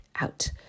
out